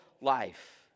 life